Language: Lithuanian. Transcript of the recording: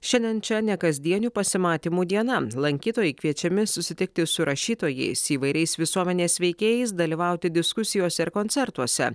šiandien čia nekasdienių pasimatymų diena lankytojai kviečiami susitikti su rašytojais įvairiais visuomenės veikėjais dalyvauti diskusijose ir koncertuose